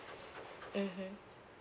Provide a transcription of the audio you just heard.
mmhmm